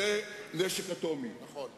קיבלתי